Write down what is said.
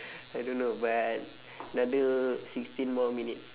I don't know but another sixteen more minute